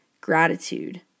gratitude